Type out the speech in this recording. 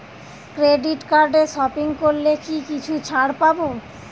Credit কার্ডে shopping করলে কি কিছু ছাড় পাব?